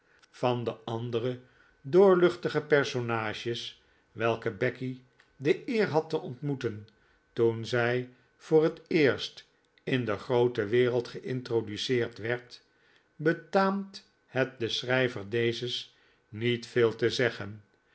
van de andere doorluchtige personages welke becky de eer had te ontmoeten toen zij voor het eerst in de groote wereld gei'ntroduceerd werd betaamt het den schrijver dezes niet veel te zeggen